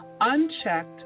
Unchecked